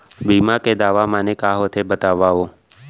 बीमा के दावा माने का होथे बतावव?